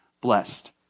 blessed